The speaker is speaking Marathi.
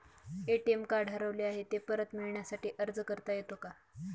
ए.टी.एम कार्ड हरवले आहे, ते परत मिळण्यासाठी अर्ज करता येतो का?